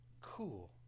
Cool